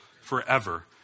forever